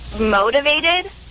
motivated